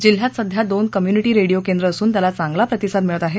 जिल्ह्यात सध्या दोन कम्युनिधी रेडिओ केंद्र असून त्याला चांगला प्रतिसाद मिळत आहे